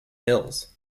hills